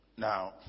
Now